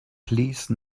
please